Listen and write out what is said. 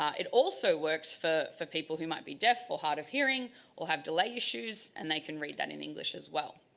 um it also works for for people who might be deaf or hard of hearing or have delay issues, and they can read that in english as well.